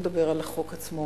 בואו נדבר על החוק עצמו.